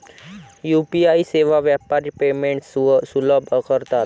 UPI सेवा व्यापारी payments सुलभ करतात